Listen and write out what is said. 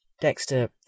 Dexter